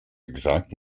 exact